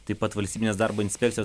taip pat valstybinės darbo inspekcijos